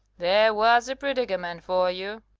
there was a predicament for you.